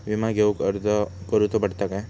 विमा घेउक अर्ज करुचो पडता काय?